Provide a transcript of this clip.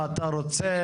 מה אתה רוצה,